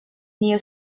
new